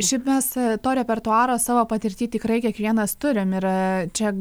šiaip mes to repertuaro savo patirty tikrai kiekvienas turim ir čia